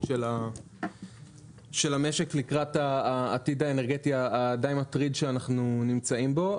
של המשק לקראת העתיד האנרגטי הדי מטריד שאנחנו נמצאים בו.